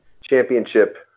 championship